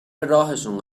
راهشون